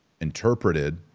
interpreted